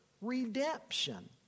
redemption